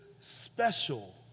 special